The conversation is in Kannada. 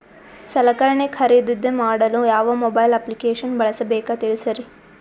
ಸಲಕರಣೆ ಖರದಿದ ಮಾಡಲು ಯಾವ ಮೊಬೈಲ್ ಅಪ್ಲಿಕೇಶನ್ ಬಳಸಬೇಕ ತಿಲ್ಸರಿ?